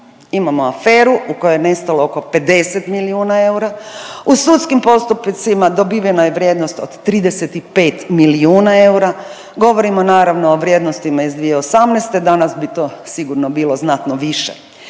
imamo aferu u kojoj je nestalo oko 50 milijuna eura. U sudskim postupcima dobivena je vrijednost od 35 milijuna eura. Govorimo naravno o vrijednostima iz 2018. Danas bi to sigurno bilo znatno više.